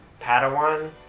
Padawan